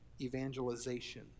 evangelization